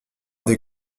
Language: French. des